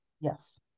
yes